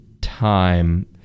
time